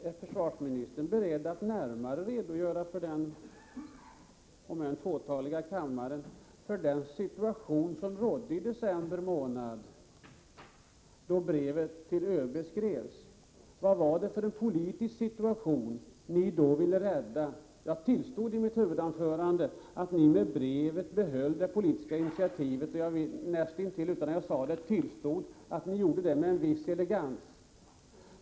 Är försvarsministern beredd att närmare redogöra för den fåtaliga kammaren för den situation som rådde i december månad, då brevet till ÖB skrevs? Vad var det för en politisk situation ni då ville rädda? Jag tillstod i mitt huvudanförande att ni med brevet behöll det politiska initiativet, och jag tillstod också utan att direkt säga det att ni gjorde det med en viss elegans.